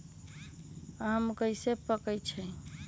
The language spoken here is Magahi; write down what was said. आम कईसे पकईछी?